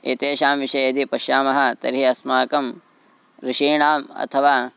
एतेषां विषये यदि पश्यामः तर्हि अस्माकम् ऋषीणाम् अथवा